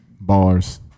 bars